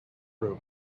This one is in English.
groom